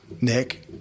Nick